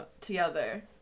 together